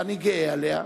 ואני גאה עליה,